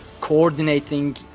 coordinating